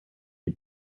die